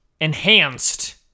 enhanced